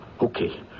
Okay